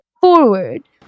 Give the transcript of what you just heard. forward